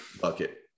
bucket